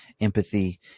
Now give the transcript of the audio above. empathy